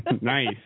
Nice